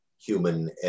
human